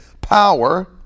power